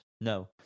no